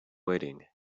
waiting